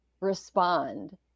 respond